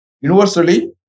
Universally